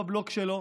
בבלוק שלו,